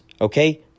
Okay